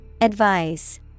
Advice